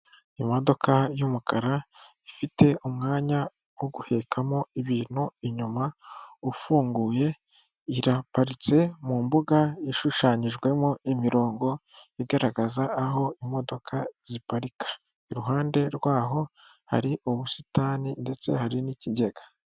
Imodoka y'umukara ifite umwanya wo gutekakamo ibintu inyuma ufunguye, iraparitse mu mbuga yashushanyijwemo imirongo igaragaza aho imodoka ziparika, iruhande rwaho hari ubusitani ndetse hari n'ikigega.